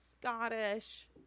Scottish